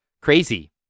crazy